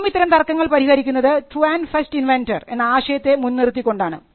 നിയമം ഇത്തരം തർക്കങ്ങൾ പരിഹരിക്കുന്നത് ട്രു ആൻറ് ഫസ്റ്റ് ഇൻവെന്റർ എന്ന ആശയത്തെ മുൻനിറുത്തിക്കൊണ്ടാണ്